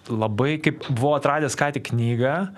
labai kaip buvau atradęs ką tik knygą